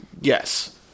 yes